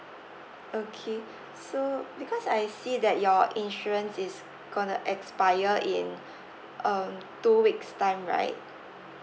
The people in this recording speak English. okay so because I see that your insurance is going to expire in um two weeks time right